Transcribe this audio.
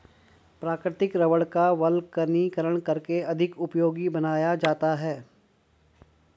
प्राकृतिक रबड़ का वल्कनीकरण करके अधिक उपयोगी बनाया जाता है